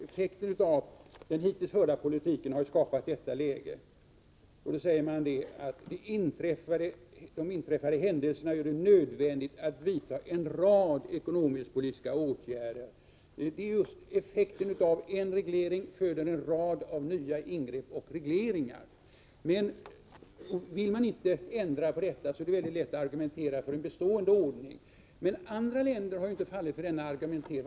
Effekten av den hittills förda politiken har ju skapat dagens läge, och i pressmeddelandet står det bl.a. följande: ”De inträffade händelserna gör det nödvändigt att vidta en rad ekonomisk-politiska åtgärder ——-.” Det är just effekten av en reglering: den föder en rad nya ingrepp och regleringar. Vill man inte ändra på detta är det lätt att argumentera för en bestående ordning. Men andra länder har inte fallit för denna argumentering.